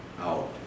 out